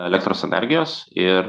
elektros energijos ir